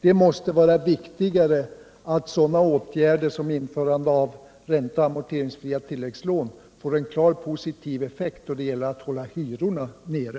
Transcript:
Det måste vara viktigare att sådana åtgärder som införande av ränte och amorterinpsfria tilläggslån får en klart positiv effekt då det gäller att hålla hyrorna nere.